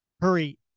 Hurry